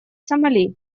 сомали